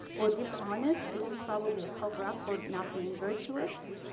or dishonest. this is probably a cover up for not being virtuous.